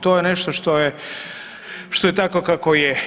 To je nešto što je tako kako je.